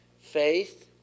faith